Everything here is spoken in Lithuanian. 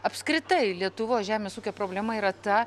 apskritai lietuvos žemės ūkio problema yra ta